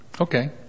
Okay